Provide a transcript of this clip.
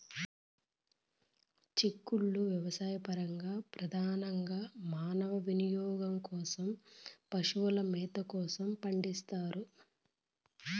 చిక్కుళ్ళు వ్యవసాయపరంగా, ప్రధానంగా మానవ వినియోగం కోసం, పశువుల మేత కోసం పండిస్తారు